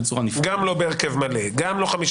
גם לא בהרכב מלא, גם לא 15